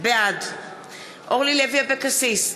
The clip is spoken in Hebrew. בעד אורלי לוי אבקסיס,